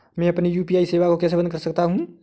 मैं अपनी यू.पी.आई सेवा को कैसे बंद कर सकता हूँ?